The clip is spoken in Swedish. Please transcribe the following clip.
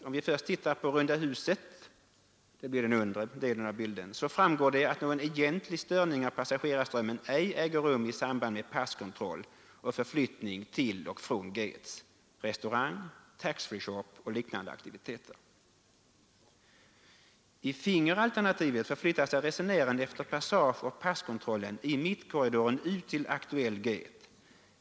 Om vi först tittar på runda huset finner vi att någon egentlig störning av passagerarströmmarna ej äger rum i samband med passkontroll och förflyttning till och från gates, restaurang, tax-free shop och liknande aktiviteter. I fingeralternativet förflyttar sig resenären efter passage av passkontrollen i mittkorridoren ut till aktuell gate.